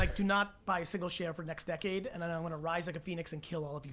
like do not buy a single share for the next decade, and then i want to rise like a phoenix and kill all of you